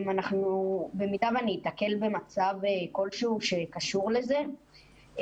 במידה ואני אתקל במצב כלשהו שקשור לזה,